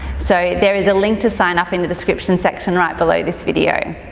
so, there is a link to sign up in the description section right below this video.